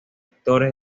actores